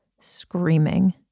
screaming